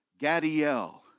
Gadiel